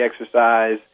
exercise